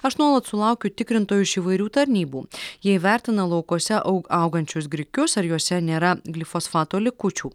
aš nuolat sulaukiu tikrintojų iš įvairių tarnybų jie įvertina laukuose aug augančius grikius ar juose nėra glifosfato likučių